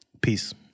Peace